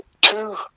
Two